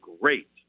great